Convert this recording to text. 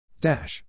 Dash